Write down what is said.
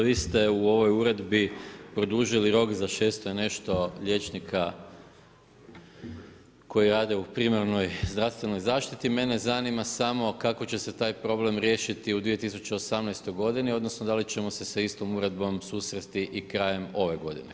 Vi ste u ovoj uredbi produžili rok za 600 i nešto liječnika koji rade u primarnoj zdravstvenoj zašiti, mene zanima samo kako će se taj problem riješiti u 2018. godini odnosno da li ćemo se sa istom uredbom susresti i krajem ove godine?